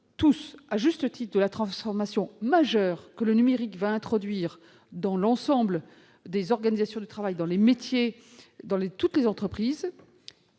parlons à juste titre de la transformation majeure que le numérique va introduire dans l'ensemble des organisations du travail et des métiers, dans toutes les entreprises.